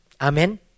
Amen